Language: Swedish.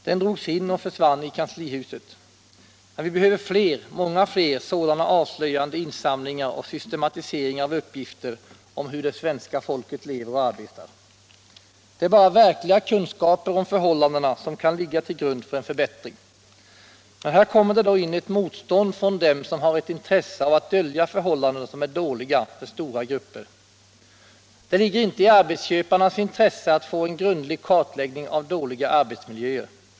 Den drogs in och försvann i kanslihuset. Men vi behöver fler, många fler, sådana avslöjande insamlingar och systematiseringar av uppgifter om hur det svenska folket lever och arbetar. Det är bara verkliga kunskaper om förhållandena som kan ligga till grund för en förbättring. Men här kommer det då in ett motstånd från dem som har ett intresse av att dölja förhållanden som är dåliga för stora grupper. Det ligger inte i arbetsköparnas intresse att få en grundlig kartläggning av dåliga arbetsmiljöer!